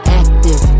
active